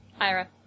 Ira